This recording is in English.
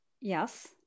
Yes